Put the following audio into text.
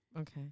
Okay